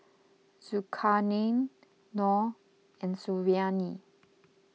Zulkarnain Noh and Suriani